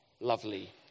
lovely